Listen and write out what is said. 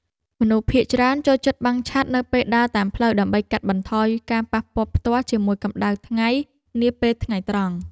មនុស្សភាគច្រើនចូលចិត្តបាំងឆ័ត្រនៅពេលដើរតាមផ្លូវដើម្បីកាត់បន្ថយការប៉ះពាល់ផ្ទាល់ជាមួយកម្តៅថ្ងៃនាពេលថ្ងៃត្រង់។